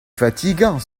fatigant